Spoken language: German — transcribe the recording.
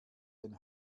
denn